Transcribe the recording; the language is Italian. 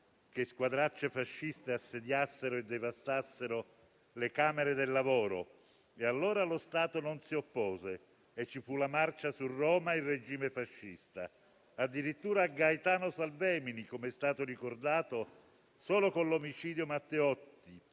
che squadracce fasciste assediassero e devastassero le camere del lavoro. Allora lo Stato non si oppose e ci fu la marcia su Roma e il regime fascista. Addirittura, Gaetano Salvemini, come è stato ricordato, solo con l'omicidio Matteotti